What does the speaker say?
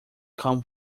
come